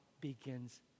begins